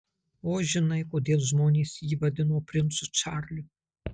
o žinai kodėl žmonės jį vadino princu čarliu